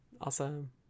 awesome